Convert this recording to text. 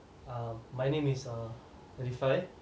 uh my name is err ninety five